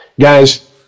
guys